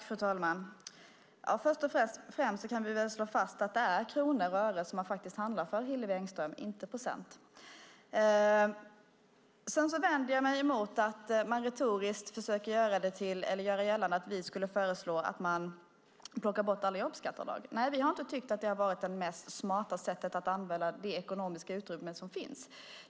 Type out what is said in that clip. Fru talman! Först och främst kan vi väl slå fast att det är kronor och ören man handlar för, Hillevi Engström, och inte procent. Jag vänder mig emot att man retoriskt försöker göra gällande att vi skulle föreslå att man plockar bort alla jobbskatteavdrag. Vi har inte tyckt att det har varit det smartaste sättet att använda det ekonomiska utrymme som finns.